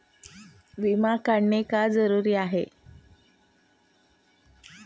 विमा काढणे का जरुरी आहे?